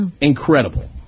incredible